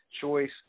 choice